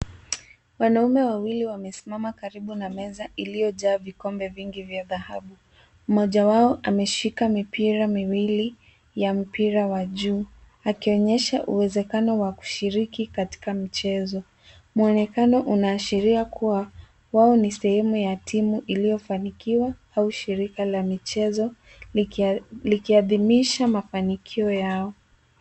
Wanaume wawili wamesimama karibu na meza iliyojaa vikombe vingi vya dhahabu. Mmoja wao ameshika mipira miwili ya mpira wa juu akionyesha uwezekano wa kushiriki katika michezo. Mwonekano unaashiria kuwa wao ni sehemu ya timu iliyofanikiwa au shirika la michezo likiadhimisha mafanikio yao.